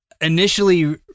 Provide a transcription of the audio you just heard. initially